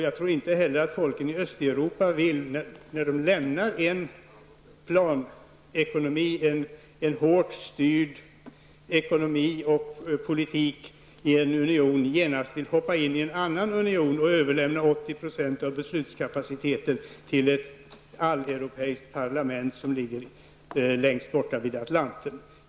Jag tror inte heller att folken i Östeuropa när de lämnar en hårt styrd ekonomi och politik i en union genast vill hoppa in i en annan union och överlämna 80 % av beslutskapaciteten till ett alleuropeiskt parlament, som ligger längst bort vid Atlanten.